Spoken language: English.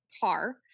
car